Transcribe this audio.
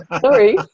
sorry